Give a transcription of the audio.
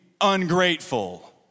ungrateful